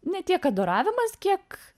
ne tiek adoravimas kiek